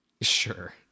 Sure